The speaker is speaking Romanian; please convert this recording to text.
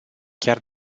chiar